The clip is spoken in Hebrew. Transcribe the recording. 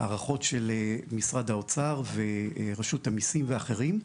הערכות של משרד האוצר ורשות המיסים ואחרים,